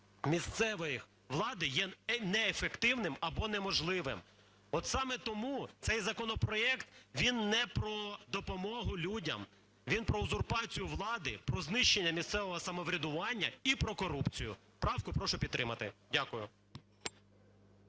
місцевої влади є неефективним або неможливим. От саме тому цей законопроект, він не про допомогу людям, він про узурпацію влади, про знищення місцевого самоврядування і про корупцію. Правку прошу підтримати. Дякую.